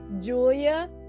Julia